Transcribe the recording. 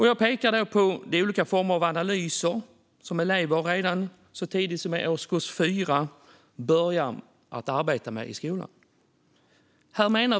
Jag pekar då på de olika former av analyser som elever börjar arbeta med redan så tidigt som i årskurs 4 i skolan.